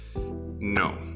no